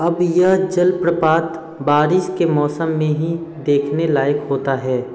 अब यह जलप्रपात बारिश के मौसम में ही देखने लायक होता है